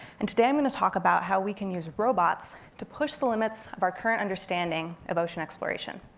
and today, i'm gonna talk about how we can use robots to push the limits of our current understanding of ocean exploration.